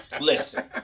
Listen